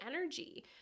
energy